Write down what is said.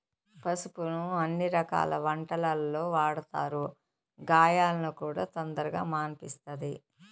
పసుపును అన్ని రకాల వంటలల్లో వాడతారు, గాయాలను కూడా తొందరగా మాన్పిస్తది